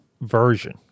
version